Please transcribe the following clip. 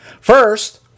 First